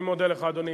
אני מודה לך, אדוני.